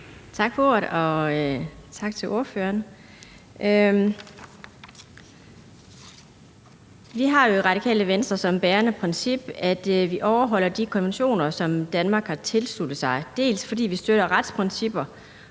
Tak for ordet, og tak til ordføreren. Vi har jo i Radikale Venstre som bærende princip, at vi overholder de konventioner, som Danmark har tilsluttet sig – dels fordi vi støtter retsprincipper,